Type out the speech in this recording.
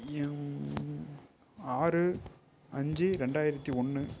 எ ஆறு அஞ்சு ரெண்டாயிரத்தி ஒன்று